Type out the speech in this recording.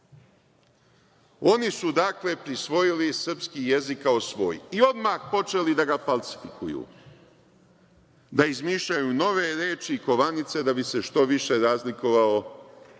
su dakle prisvojili srpski jezik kao svoj i odmah počeli da ga falsifikuju, da izmišljaju nove reči i kovanice da bi se što više razlikovao